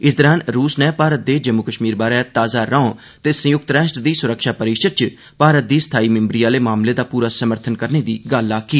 इस दौरान रुस ने भारत दे जम्मू कश्मीर बारै ताज़ा रौं ते संय्क्त राष्ट्र दी स्रक्षा परिषद च भारत दी स्थाई सदस्यता आहले मामले दा पूरा समर्थन करने दी गल्ल आक्खी